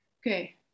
Okay